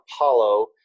Apollo